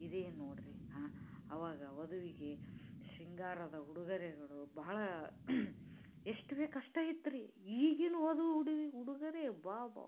ಇದೇ ನೋಡಿ ರೀ ಹಾಂ ಅವಾಗ ವಧುವಿಗೆ ಸಿಂಗಾರದ ಉಡುಗೊರೆಗಳು ಬಹಳ ಎಷ್ಟು ಬೇಕೋ ಅಷ್ಟೇ ಇತ್ತು ರೀ ಈಗಿನ ವಧು ಉಡುಗೊರೆ ಯಬ್ಬಾಬ್ಬಬ